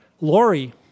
Lori